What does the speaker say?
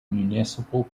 municipal